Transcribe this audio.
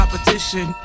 Competition